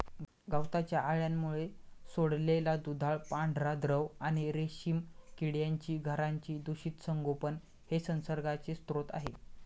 गवताच्या अळ्यांमुळे सोडलेला दुधाळ पांढरा द्रव आणि रेशीम किड्यांची घरांचे दूषित संगोपन हे संसर्गाचे स्रोत आहे